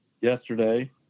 yesterday